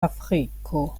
afriko